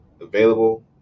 available